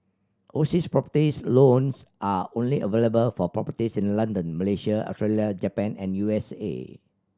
overseas properties loans are only available for properties in London Malaysia Australia Japan and U S A